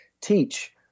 teach